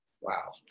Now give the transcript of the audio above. Wow